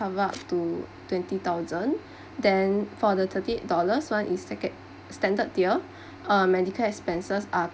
cover up to twenty thousand then for the thirty eight dollars one is second~ standard tier err medical expenses are